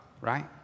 right